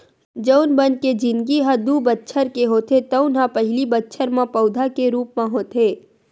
जउन बन के जिनगी ह दू बछर के होथे तउन ह पहिली बछर म पउधा के रूप म होथे